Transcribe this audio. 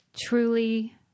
truly